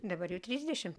dabar jau trisdešim